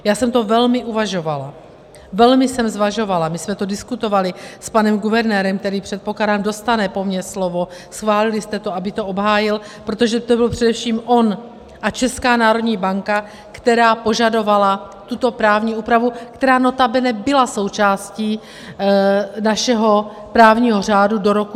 Já jsem o tom velmi uvažovala, velmi jsem to zvažovala, my jsme to diskutovali s panem guvernérem, který, předpokládám, dostane po mně slovo, schválili jste to, aby to obhájil, protože to byl především on a Česká národní banka, která požadovala tuto právní úpravu, která notabene byla součástí našeho právního řádu do roku 2018.